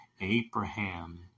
Abraham